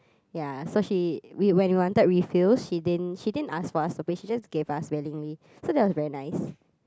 ya so she we when we wanted refills she didn't she didn't ask us for to pay she just gave us willingly so that was very nice